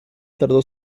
tardó